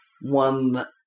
one